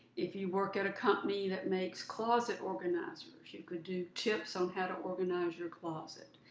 if you work at a company that makes closet organizers, you could do tips on how to organize your closet.